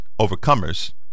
Overcomers